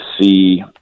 see